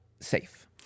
Safe